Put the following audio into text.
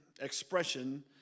expression